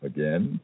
Again